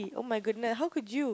!oh-my-goodness! how could you